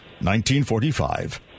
1945